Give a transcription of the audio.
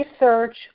research